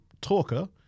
talker